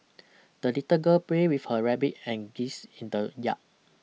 the little girl pray with her rabbit and geese in the yard